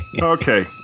Okay